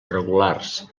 regulars